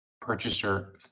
purchaser